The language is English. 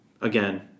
Again